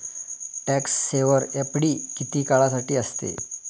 Tax saver FD किती काळासाठी असते?